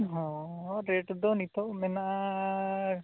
ᱦᱚᱸ ᱨᱮᱹᱴ ᱫᱚ ᱱᱤᱛᱳᱜ ᱢᱮᱱᱟᱜᱼᱟ